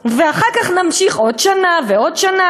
"ואחר כך נמשיך עוד שנה ועוד שנה.